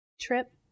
trip